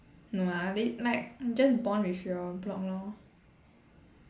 no lah they like just bond with your block lor